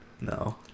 No